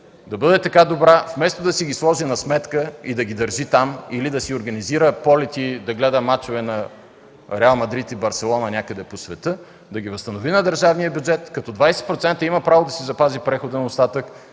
да бъде така добра вместо да си ги сложи на сметка и да ги държи там или да си организира полети и да гледа мачове на „Реал Мадрид” и Барселона някъде по света, да ги възстанови на държавния бюджет, като 20% има право да си запази преходен остатък